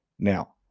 Now